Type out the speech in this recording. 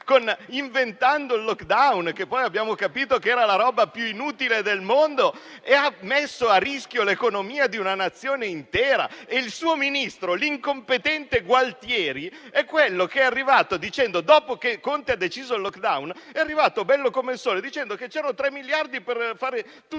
inventando il *lockdown*, che poi abbiamo capito essere la cosa più inutile del mondo, e mettendo a rischio l'economia di una Nazione intera. E il suo Ministro, l'incompetente Gualtieri, è quello che, dopo aver deciso il *lockdown*, è arrivato bello come il sole a dire che c'erano 3 miliardi per fare tutti